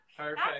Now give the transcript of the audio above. perfect